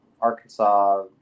Arkansas